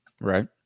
Right